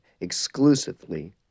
exclusively